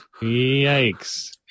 Yikes